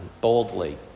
boldly